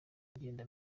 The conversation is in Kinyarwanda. ngenda